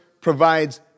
provides